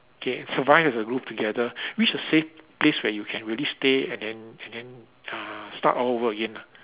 okay survive as a group together reach a safe place where you can really stay and then and then uh start all over again ah